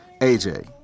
AJ